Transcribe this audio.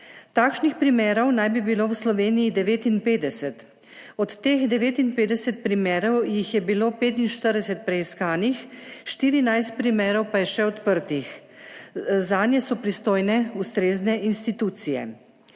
Takšnih primerov naj bi bilo v Sloveniji 59, od teh 59 primerov jih je bilo 45 preiskanih, 14 primerov pa je še odprtih. Zanje so pristojne ustrezne institucije.